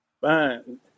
Fine